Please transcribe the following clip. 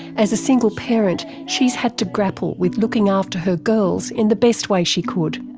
as a single parent she's had to grapple with looking after her girls in the best way she could.